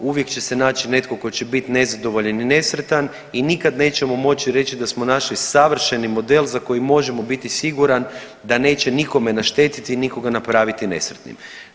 Uvijek će se naći netko tko će biti nezadovoljan i nesretan i nikad nećemo moći reći da smo našli savršeni model za koji možemo biti siguran da neće nikome naštetiti i nikoga napraviti nesretnim.